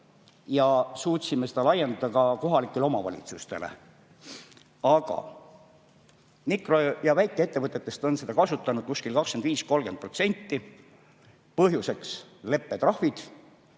suutsime seda laiendada ka kohalikele omavalitsustele. Aga mikro- ja väikeettevõtetest on seda kasutanud 25–30%. Põhjuseks leppetrahvid,